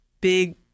big